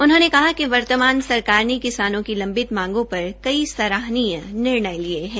उन्होंने कहा कि वर्तमान सरकार ने किसानों की लंबित मांगों पर कई सराहनीय निर्णय लिये है